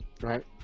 right